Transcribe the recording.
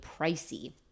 pricey